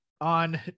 on